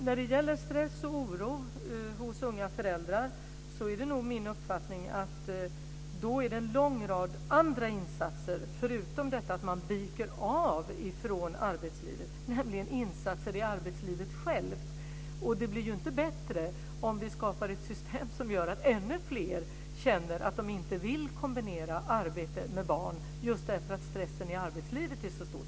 När det gäller stress och oro hos unga föräldrar är det nog min uppfattning att det behövs en lång rad andra insatser, nämligen insatser i arbetslivet självt. Det blir inte bättre om vi skapar ett system som gör att ännu fler känner att de inte vill kombinera arbete med barn just därför att stressen i arbetslivet är så stor.